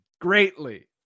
greatly